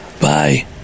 bye